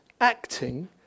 acting